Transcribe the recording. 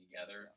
together